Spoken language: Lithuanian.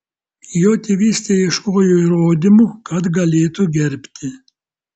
jo tėvystei ieškojo įrodymų kad galėtų gerbti